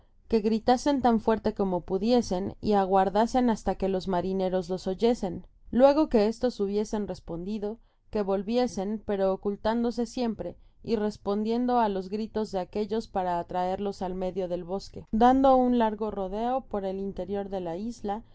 que gritases tan fuerte como pudiesen y aguardasen content from google book search generated at hasta que los marineros los oyesen luego que estos hubiesen respondido que volviesen pero ocultándose siempre y respondiendo á los gritos de aquellos para atraerlos al medio del bosque dando un largo rodeo por el interior de la isla y